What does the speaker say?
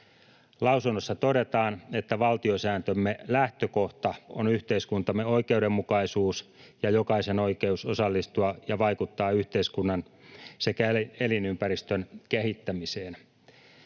Lausunnossa todetaan, että valtiosääntömme lähtökohta on yhteiskuntamme oikeudenmukaisuus ja jokaisen oikeus osallistua ja vaikuttaa yhteiskunnan sekä elinympäristön kehittämiseen.